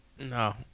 No